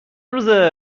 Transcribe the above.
روزه